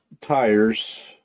tires